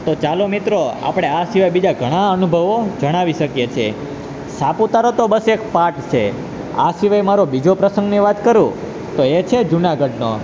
તો ચાલો મિત્રો આપણે આ સિવાય બીજા ઘણા અનુભવો જણાવી શકીએ છીએ સાપુતારા તો બસ એક પાઠ છે આ સિવાય મારો બીજો પ્રસંગની વાત કરું તો એ છે જૂનાગઢનો